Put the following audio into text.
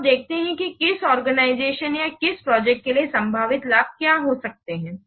तो अब देखते हैं कि किसी आर्गेनाइजेशन या किसी प्रोजेक्ट के लिए संभावित लाभ क्या हो सकते हैं